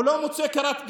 הוא לא מוצא קורת גג,